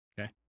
Okay